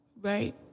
Right